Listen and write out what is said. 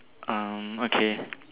um okay